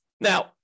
Now